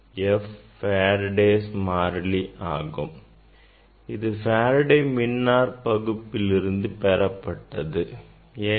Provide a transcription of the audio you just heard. F Faraday's மாறிலி ஆகும் இது Faradays மின்னாற்பகுப்பில் இருந்து பெறப்பட்டதாகும்